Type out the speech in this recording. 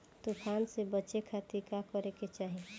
तूफान से बचे खातिर का करे के चाहीं?